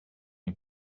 les